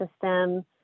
system